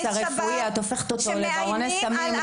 קידום הקנאביס הרפואי להגדרה של ברוני סמים,